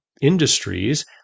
industries